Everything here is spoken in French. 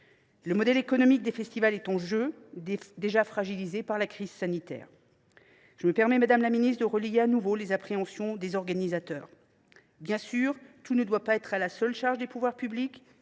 Le modèle économique des festivals, déjà fragilisé par la crise sanitaire, est en jeu. Je me permets donc, madame la ministre, de relayer de nouveau les appréhensions des organisateurs. Toutefois, tout ne doit pas être à la seule charge des pouvoirs publics